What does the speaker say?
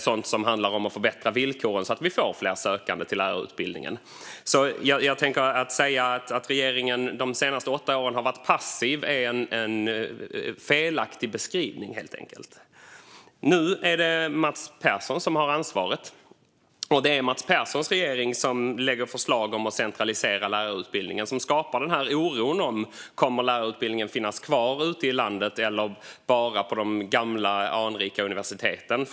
Det har handlat om att förbättra villkoren, så att vi får fler sökande till lärarutbildningen. Att regeringen de senaste åtta åren skulle ha varit passiv är en felaktig beskrivning, helt enkelt. Nu är det Mats Persson som har ansvaret, och det är Mats Perssons regering som lägger förslag om att centralisera lärarutbildningen, vilket leder till en oro huruvida lärarutbildningen kommer att få finnas kvar ute i landet eller om det bara blir vid de gamla anrika universiteten.